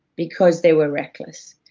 because they were reckless.